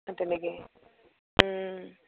তেনেকৈয়ে